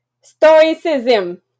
stoicism